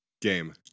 game